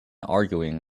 arguing